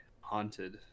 haunted